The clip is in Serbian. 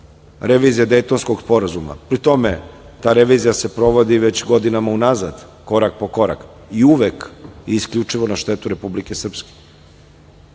revizije Dejtonskog sporazuma, pri tome ta revizija se sprovodi već godinama unazad korak po korak i uvek i isključivo na štetu Republike Srpske.